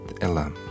Ella